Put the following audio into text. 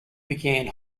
began